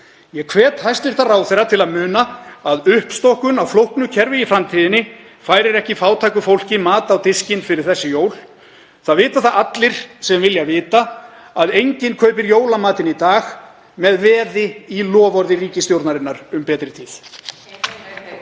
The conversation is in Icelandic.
Ég hvet hæstv. ráðherra til að muna að uppstokkun á flóknu kerfi í framtíðinni færir ekki fátæku fólki mat á diskinn fyrir þessi jól. Það vita það allir sem vilja vita að enginn kaupir jólamatinn í dag með veði í loforði ríkisstjórnarinnar um betri tíð.